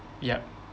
yup